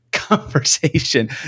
conversation